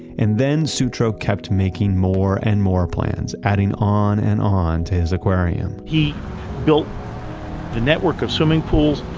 and then sutro kept making more and more plans, adding on and on to his aquarium he built the network of swimming pools,